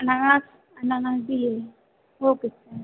अनारस अनारस भी ले ले वह कितने